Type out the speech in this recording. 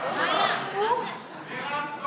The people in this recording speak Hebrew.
כל